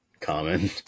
common